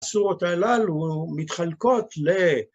‫השורות הללו מתחלקות ל...